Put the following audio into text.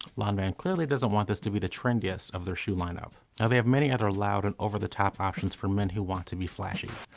lanvin clearly doesn't want this to be the trendiest of their shoe lineup. now they have many other loud and over-the-top options for men who want to be flashy.